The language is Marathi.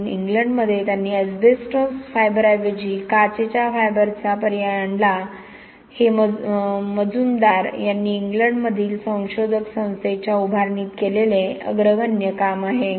म्हणून इंग्लंडमध्ये त्यांनी एस्बेस्टॉस तंतूंऐवजी काचेच्या तंतूंचा पर्याय आणला हे मजुमदार यांनी इंग्लंडमधील संशोधक संस्थेच्या उभारणीत केलेले अग्रगण्य काम आहे